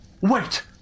wait